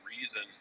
reason